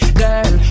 girl